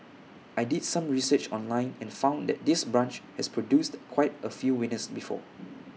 I did some research online and found that this branch has produced quite A few winners before